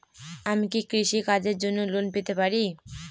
আমি কি কৃষি কাজের জন্য লোন পেতে পারি?